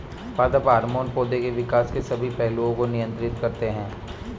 पादप हार्मोन पौधे के विकास के सभी पहलुओं को नियंत्रित करते हैं